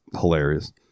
hilarious